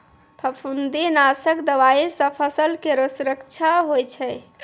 फफूंदी नाशक दवाई सँ फसल केरो सुरक्षा होय छै